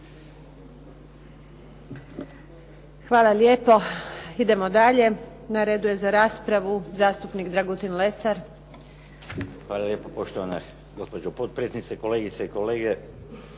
Hvala lijepo. Idemo dalje. Na redu je za raspravu zastupnik Dragutin Lesar. **Lesar, Dragutin (Nezavisni)** Hvala lijepo poštovana gospođo potpredsjednice, kolegice i kolege.